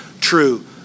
true